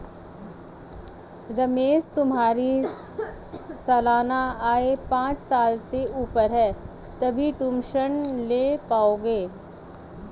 रमेश तुम्हारी सालाना आय पांच लाख़ से ऊपर है तभी तुम ऋण ले पाओगे